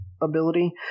ability